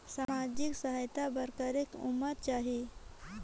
समाजिक सहायता बर करेके उमर चाही?